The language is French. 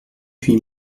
huit